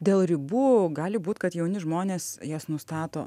dėl ribų gali būt kad jauni žmonės jas nustato